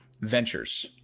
ventures